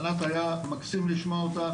ענת היה מקסים לשמוע אותך,